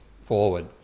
forward